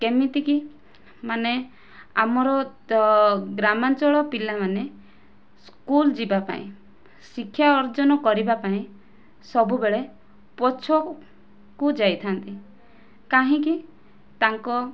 କେମିତିକି ମାନେ ଆମର ତ ଗ୍ରାମାଞ୍ଚଳ ପିଲାମାନେ ସ୍କୁଲ ଯିବା ପାଇଁ ଶିକ୍ଷା ଅର୍ଜନ କରିବା ପାଇଁ ସବୁବେଳେ ପଛକୁ ଯାଇଥାନ୍ତି କାହିଁକି ତାଙ୍କ